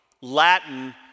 Latin